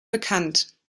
bekannt